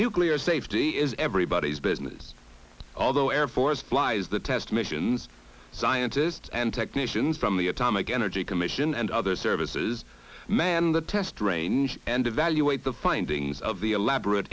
nuclear safety is everybody's business although air force flies the test missions scientists and technicians from the atomic energy commission and other services man the test range and evaluate the findings of the elaborate